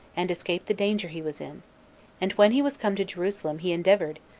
and escaped the danger he was in and when he was come to jerusalem, he endeavored,